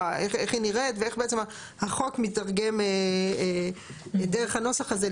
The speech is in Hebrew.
איך היא נראית ואיך בעצם החוק מתרגם דרך הנוסח הזה,